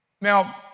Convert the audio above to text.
Now